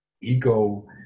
ego